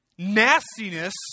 nastiness